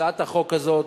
הצעת החוק הזאת,